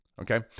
okay